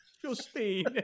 Justine